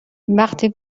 وقتی